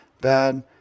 bad